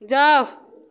जाउ